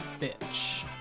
bitch